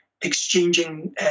exchanging